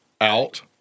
out